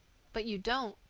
but you don't,